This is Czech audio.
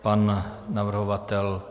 Pan navrhovatel?